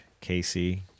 Casey